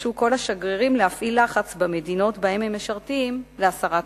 התבקשו כל השגרירים להפעיל לחץ במדינות שבהן הם משרתים להסרת החרם.